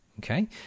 okay